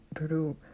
blue